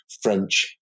French